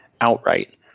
outright